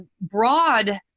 broad